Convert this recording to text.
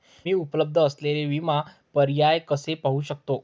मी उपलब्ध असलेले विमा पर्याय कसे पाहू शकते?